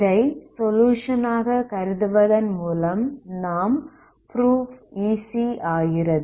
இதை சொலுயுஷன் ஆக கருதுவதன் மூலம் நமது ப்ரூஃப் ஈசி ஆகிறது